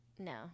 No